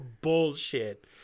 bullshit